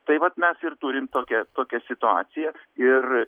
tai vat mes ir turim tokią tokią situaciją ir